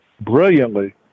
brilliantly